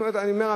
אני אומר,